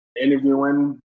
interviewing